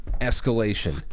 escalation